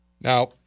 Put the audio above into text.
Now